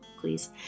please